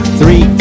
three